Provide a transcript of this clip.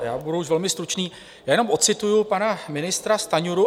Já budu už velmi stručný, jenom ocituji pana ministra Stanjuru.